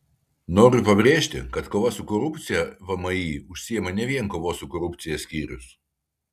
noriu pabrėžti kad kova su korupcija vmi užsiima ne vien kovos su korupcija skyrius